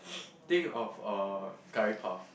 think of uh curry puff